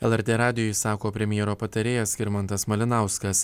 lrt radijui sako premjero patarėjas skirmantas malinauskas